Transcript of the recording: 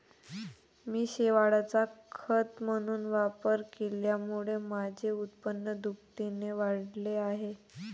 मी शेवाळाचा खत म्हणून वापर केल्यामुळे माझे उत्पन्न दुपटीने वाढले आहे